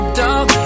dog